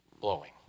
blowing